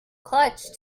clutch